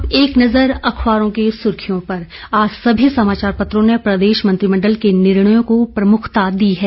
अब एक नजर अखबारों की सुर्खियों पर आज सभी समाचार पत्रों ने प्रदेश मंत्रिमण्डल के निर्णय को प्रमुखता दी है